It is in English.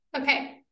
okay